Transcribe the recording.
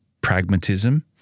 pragmatism